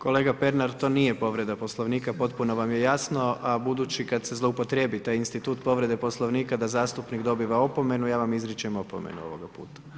Kolega Pernar, to nije povreda Poslovnika, potpuno vam je jasno, a budući da kad se zloupotrijebi taj institut povrede Poslovnika da zastupnik dobije opomenu, ja vam izričem opomenu ovoga puta.